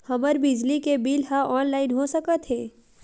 हमर बिजली के बिल ह ऑनलाइन हो सकत हे?